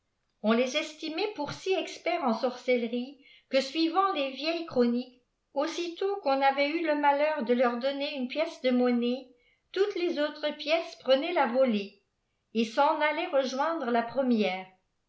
on liibtimait pour s experts en sorcellerie que suivant les vieilles rçbtdniques aussitôt qu'on avait eu le malheur de leuf donner une jnèqe de monnaie toutes les autres pièces prenaient la molée s'h'iailaient rejoindre la première